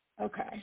Okay